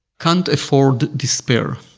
can't afford despair.